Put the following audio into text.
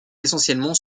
essentiellement